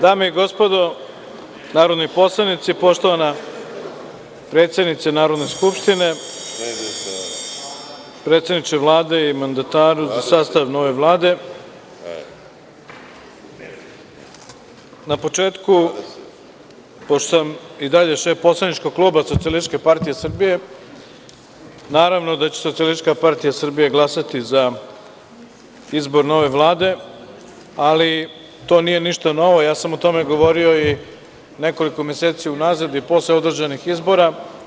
Dame i gospodo narodni poslanici, poštovana predsednice Narodne skupštine, predsedniče Vlade i mandataru za sastav nove Vlade, na početku, pošto sam i dalje šef poslaničkog kluba Socijalističke partije Srbije, naravno da će Socijalistička partija Srbije glasati za izbor nove Vlade, ali to nije ništa novo, ja sam o tome govorio i nekoliko meseci unazad i posle održanih izbora.